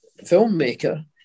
filmmaker